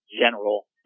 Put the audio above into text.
general